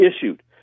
issued